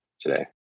today